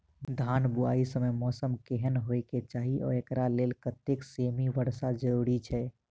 धान बुआई समय मौसम केहन होइ केँ चाहि आ एकरा लेल कतेक सँ मी वर्षा जरूरी छै?